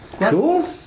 Cool